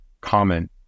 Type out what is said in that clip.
common